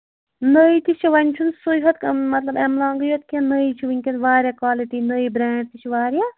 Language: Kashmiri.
نٔوۍ تہِ چھِ وۅنۍ چھُنہٕ سُے یوٚت مطلب ایم لونگٕے یوٚت کیٚنٛہہ نٔوۍ چھِ ؤنکیٚن واریاہ کولٹی نٔوۍ برٛینٛڈ تہِ چھِ واریاہ